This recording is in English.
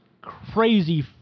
crazy